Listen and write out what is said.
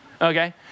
Okay